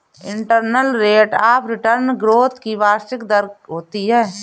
internal rate of return growth की वार्षिक दर होती है